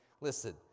Listen